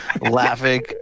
laughing